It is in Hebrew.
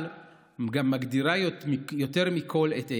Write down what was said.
אבל גם מגדירה יותר מכול את איל: